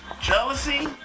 Jealousy